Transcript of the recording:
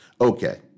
Okay